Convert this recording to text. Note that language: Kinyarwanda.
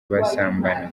basambana